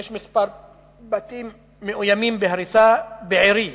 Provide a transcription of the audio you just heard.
יש כמה בתים מאוימים בהריסה בעירי,